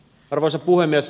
arvoisa puhemies